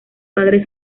padres